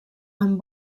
amb